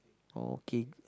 okay